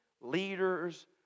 leaders